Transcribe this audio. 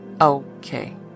Okay